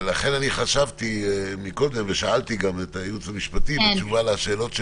לכן אני חשבתי מקודם ושאלתי גם את הייעוץ המשפטי בתשובה לשאלות שלהם,